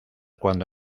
cuando